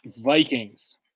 Vikings